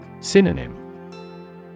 Synonym